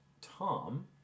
Tom